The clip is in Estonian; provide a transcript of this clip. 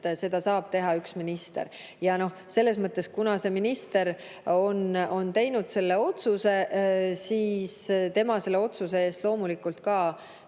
seda saab otsustada üks minister. Ja kuna see minister on teinud selle otsuse, siis tema selle otsuse eest loomulikult ka